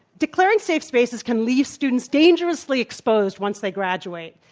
declaring safe spaces can leave students dangerously exposed once they graduate.